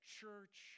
church